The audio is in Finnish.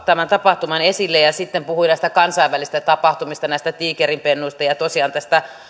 tämän tapahtuman esille ja sitten puhui näistä kansainvälisistä tapahtumista näistä tiikerinpennuista ja ja tosiaan näistä